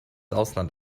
ausland